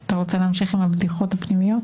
אתה רוצה להמשיך עם הבדיחות הפנימיות?